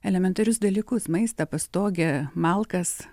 elementarius dalykus maistą pastogę malkas